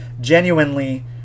genuinely